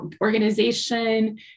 organization